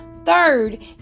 Third